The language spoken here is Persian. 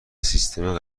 سیستم